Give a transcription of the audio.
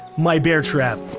my bear trap.